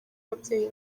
ababyeyi